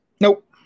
Nope